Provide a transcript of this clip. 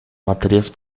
materias